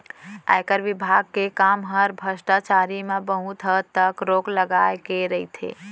आयकर विभाग के काम हर भस्टाचारी म बहुत हद तक रोक लगाए के रइथे